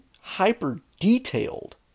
hyper-detailed